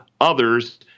others